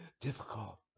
difficult